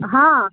ہاں